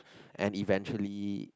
and eventually